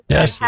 Yes